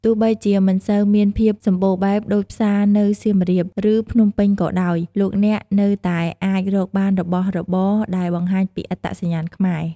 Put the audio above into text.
ទោះបីជាមិនសូវមានភាពសម្បូរបែបដូចផ្សារនៅសៀមរាប ឬភ្នំពេញក៏ដោយ លោកអ្នកនៅតែអាចរកបានរបស់របរដែលបង្ហាញពីអត្តសញ្ញាណខ្មែរ។